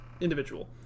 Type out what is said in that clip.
individual